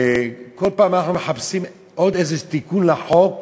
כל פעם אנחנו מחפשים עוד איזה תיקון לחוק